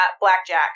Blackjack